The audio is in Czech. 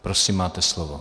Prosím, máte slovo.